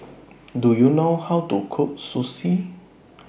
Do YOU know How to Cook Sushi